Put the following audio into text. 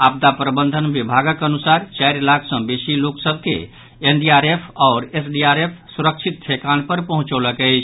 आपदा प्रबंधन विभागक अनुसार चारि लाख सँ बेसी लोक सभ के एनडीआरएफ आआरे एसडीआरएफ सुरक्षित ठेकान पर पहुंचौलक अछि